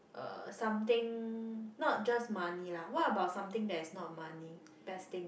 uh something not just money lah what about something that's not money best thing